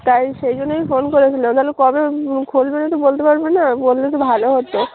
তাই সেই জন্যই ফোন করেছিলাম তাহলে কবে খুলবে না তো বলতে পারববে না বললে তো ভালো হতো